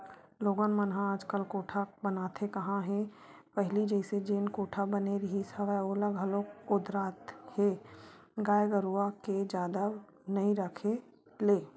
लोगन मन ह आजकल कोठा बनाते काँहा हे पहिली जइसे जेन कोठा बने रिहिस हवय ओला घलोक ओदरात हे गाय गरुवा के जादा नइ रखे ले